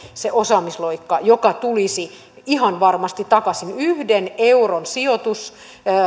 se osaamisloikka joka tulisi ihan varmasti takaisin yhden euron sijoitus